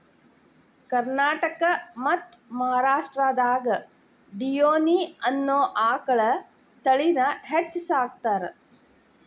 ಕರ್ನಾಟಕ ಮತ್ತ್ ಮಹಾರಾಷ್ಟ್ರದಾಗ ಡಿಯೋನಿ ಅನ್ನೋ ಆಕಳ ತಳಿನ ಹೆಚ್ಚ್ ಸಾಕತಾರ